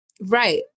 Right